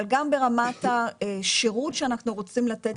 אבל גם ברמת השירות שאנחנו רוצים לתת